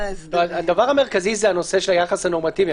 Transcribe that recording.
הדבר המרכזי זה הנושא של היחס הנורמטיבי.